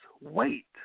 wait